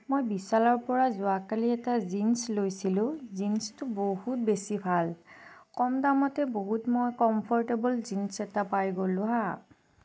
মই বিছালৰপৰা যোৱা কালি এটা জিন্স লৈছিলোঁ জিন্সটো বহুত বেছি ভাল কম দামতে বহুত মই কম্ফৰ্টেবল জিন্স এটা পাই গ'লোঁ হাঁ